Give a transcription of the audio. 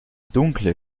dunkle